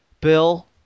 Bill